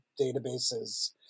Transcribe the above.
databases